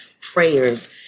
prayers